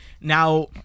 now